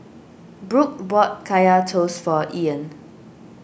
Brook bought Kaya Toast for Ean